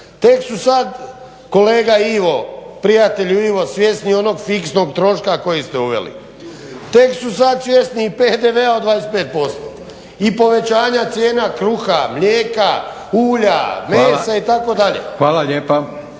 tek su sad kolega Ivo, prijatelju Ivo svjesni onog fiksnog troška koji ste uveli, tek su sad svjesni PDV-a od 25% i povećanje cijena kruha, mlijeka, ulja, mesa itd. **Milinković, Stjepan